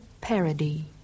parody